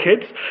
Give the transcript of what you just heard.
kids